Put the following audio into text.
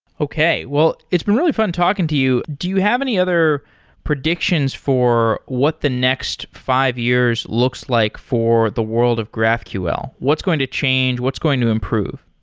okay. well, it's been really fun talking to you. do you have any other predictions for what the next five years looks like for the world of graphql? what's going to change? what's going to improve?